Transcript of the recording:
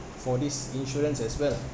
for this insurance as well